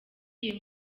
iyo